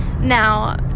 Now